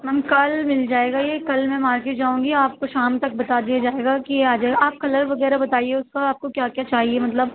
میم کل مل جائے گا یہ کل میں مارکیٹ جاؤں گی آپ کو شام تک بتا دیا جائے گا کہ آ جائے گا آپ کلر وغیرہ بتائیے اس کا آپ کو کیا کیا چاہیے مطلب